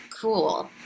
cool